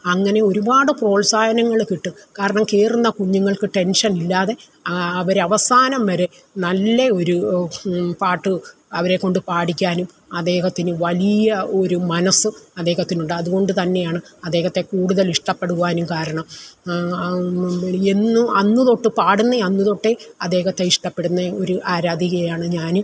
അങ്ങനെ ഒരുപാട് പ്രോത്സാഹനങ്ങൾ കിട്ടും കാരണം കേറുന്ന കുഞ്ഞുങ്ങൾക്ക് ടെൻഷനില്ലാതെ അവരവസാനം വരെ നല്ല ഒരു പാട്ട് അവരെക്കൊണ്ട് പാടിക്കാനും അദ്ദേഹത്തിന് വലിയ ഒരു മനസ്സ് അദ്ദേഹത്തിനുണ്ട് അതുകൊണ്ടുതന്നെയാണ് അദ്ദേഹത്തെ കൂടുതലിഷ്ടപ്പെടുവാനും കാരണം എന്ന് അന്നുതൊട്ട് പാടുന്ന അന്നുതൊട്ടേ അദ്ദേഹത്തെ ഇഷ്ടപ്പെടുന്ന ഒരു ആരാധികയാണ് ഞാൻ